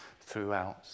throughout